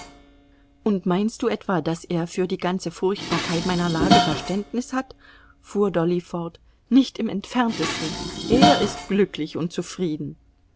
und meinst du etwa daß er für die ganze furchtbarkeit meiner lage verständnis hat fuhr dolly fort nicht im entferntesten er ist glücklich und zufrieden